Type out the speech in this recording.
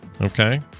okay